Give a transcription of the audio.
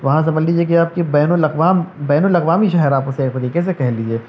وہاں سمجھ لیجیے کہ آپ کہ بین الاقوام بین الاقوامی شہر آپ اسے ایک طریقے سے کہہ لیجیے